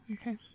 okay